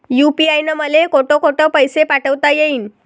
UPI न मले कोठ कोठ पैसे पाठवता येईन?